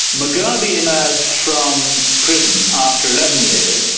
mugabe emerged from prison after eleven years,